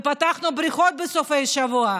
ופתחנו בריכות בסופי השבוע,